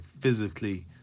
physically